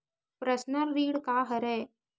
Personal ऋण का हरय?